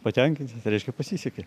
patenkinti reiškia pasisekė